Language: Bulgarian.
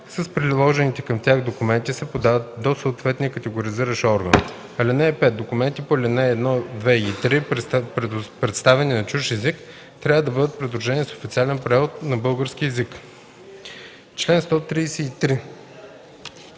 с приложените към тях документи се подават до съответния категоризиращ орган. (5) Документи по ал. 1, 2 и 3, представени на чужд език, трябва да бъдат придружени с официален превод на български език.”